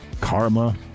karma